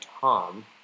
Tom